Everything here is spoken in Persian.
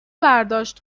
برداشت